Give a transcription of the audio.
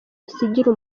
asigira